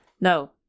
No